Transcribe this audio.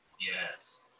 Yes